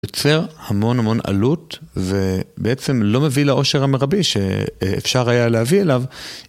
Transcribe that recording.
יוצר המון המון עלות ובעצם לא מביא לעושר המרבי שאפשר היה להביא אליו.